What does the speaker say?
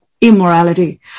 immorality